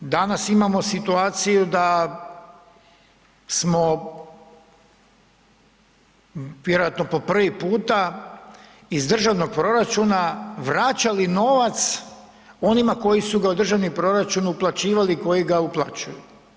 Danas imamo situaciju da smo vjerojatno po prvi puta iz državnog proračuna vraćali novac onima koji su ga u državni proračun uplaćivali i koji ga uplaćuju.